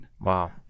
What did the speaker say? Wow